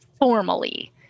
formally